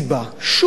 שום סיבה,